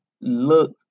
look